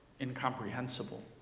incomprehensible